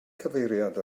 cyfeiriad